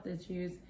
issues